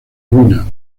ruina